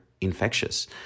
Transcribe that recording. infectious